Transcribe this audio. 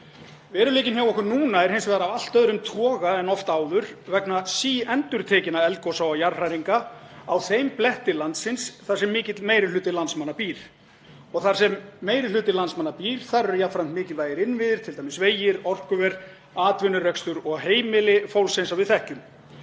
Veruleikinn hjá okkur núna er hins vegar af allt öðrum toga en oft áður vegna síendurtekinna eldgosa og jarðhræringa á þeim bletti landsins þar sem mikill meiri hluti landsmanna býr. Og þar sem meiri hluti landsmanna býr eru jafnframt mikilvægir innviðir, t.d. vegir, orkuver, atvinnurekstur og heimili fólks eins og við þekkjum.